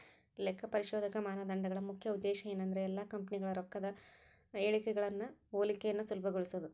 ಲೆಕ್ಕಪರಿಶೋಧಕ ಮಾನದಂಡಗಳ ಮುಖ್ಯ ಉದ್ದೇಶ ಏನಂದ್ರ ಎಲ್ಲಾ ಕಂಪನಿಗಳ ರೊಕ್ಕದ್ ಹೇಳಿಕೆಗಳ ಹೋಲಿಕೆಯನ್ನ ಸುಲಭಗೊಳಿಸೊದು